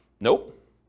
Nope